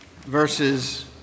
verses